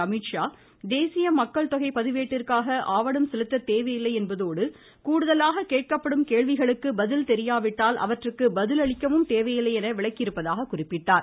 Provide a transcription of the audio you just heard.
அமீத்ஷா தேசிய மக்கள் தொகை பதிவேட்டிற்காக ஆவணம் செலுத்த தேவையில்லை என்பதோடு கூடுதலாக கேட்கப்படும் கேள்விகளுக்கு பதில் தெரியாவிட்டால் அவற்றுக்கு பதிலளிக்கவும் தேவையில்லை என விளக்கியிருப்பதாக குறிப்பிட்டார்